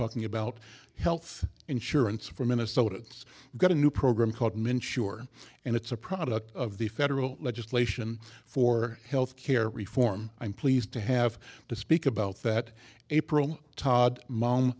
talking about health insurance for minnesota it's got a new program called men sure and it's a product of the federal legislation for health care reform i'm pleased to have to speak about that april tot mom